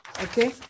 Okay